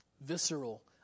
visceral